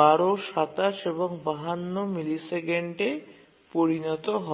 ১২ ২৭ এবং ৫২ মিলিসেকেন্ডে পরিণত হয়